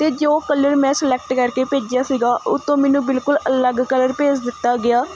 ਅਤੇ ਜੋ ਕਲਰ ਮੈਂ ਸਿਲੈਕਟ ਕਰ ਕੇ ਭੇਜਿਆ ਸੀਗਾ ਉਹ ਤੋਂ ਮੈਨੂੰ ਬਿਲਕੁਲ ਅਲੱਗ ਕਲਰ ਭੇਜ ਦਿੱਤਾ ਗਿਆ